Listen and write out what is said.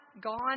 gone